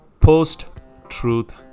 Post-truth